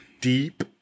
deep